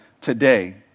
today